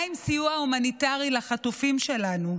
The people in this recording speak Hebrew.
מה עם סיוע הומניטרי לחטופים שלנו?